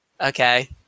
Okay